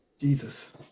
Jesus